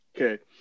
okay